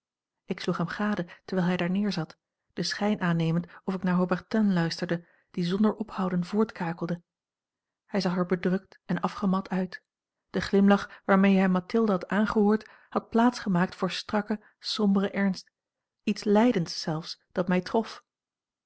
ik sloeg hem gade terwijl hij daar neerzat den schijn aannemend of ik naar haubertin luisterde die zonder ophouden voortkakelde hij zag er bedrukt en afgemat uit de glimlach waarmee hij mathilde had aangehoord had plaats gemaakt voor strakken somberen ernst iets lijdends zelfs dat mij trof